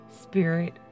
spirit